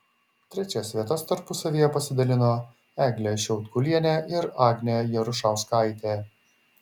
trečias vietas tarpusavyje pasidalino eglė šiaudkulienė ir agnė jarušauskaitė